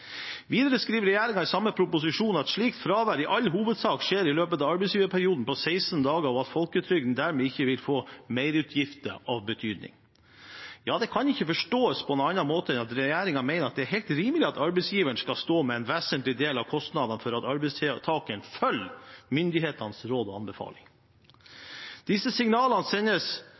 Videre skriver regjeringen i samme proposisjon at slikt fravær i all hovedsak skjer i løpet av arbeidsgiverperioden på 16 dager, og at folketrygden dermed ikke vil få merutgifter av betydning. Det kan ikke forstås på noen annen måte enn at regjeringen mener det er helt rimelig at arbeidsgiveren skal stå med en vesentlig del av kostnadene for at arbeidstakeren følger myndighetenes råd og anbefalinger. Å sende disse signalene